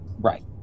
right